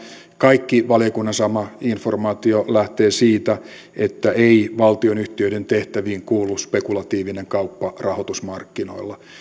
kaikki valiokunnan saama informaatio lähtee siitä että ei valtionyhtiöiden tehtäviin kuulu spekulatiivinen kauppa rahoitusmarkkinoilla